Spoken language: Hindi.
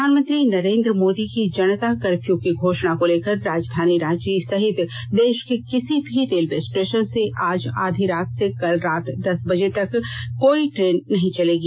प्रधानमंत्री नरेन्द्र मोदी की जनता कर्फ्यू की घोषणा को लेकर राजधानी रांची सहित देश के किसी भी रेलवे स्टेशन से आज आधी रात से कल रात दस बजे तक कोई ट्रेन नहीं चलेगी